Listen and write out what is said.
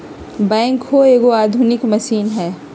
backhoe एगो आधुनिक machine हइ